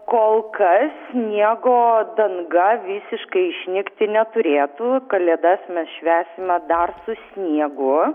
kol kas sniego danga visiškai išnykti neturėtų kalėdas mes švęsime dar su sniegu